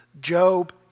Job